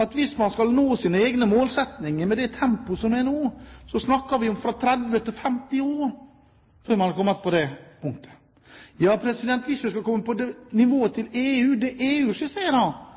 at hvis man skal nå sine egne målsettinger med det tempoet som er nå, snakker vi om fra 30 til 50 år før man er kommet til det punktet. Ja, hvis man skal komme på nivå med EU – det EU skisserer